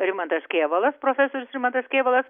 rimantas kėvalas profesorius rimantas kėvalas